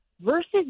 versus